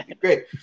great